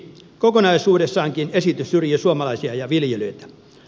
kokonaisuudessaankin esitys syrjii suomalaisia ja viljelijöitä